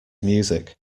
music